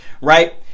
right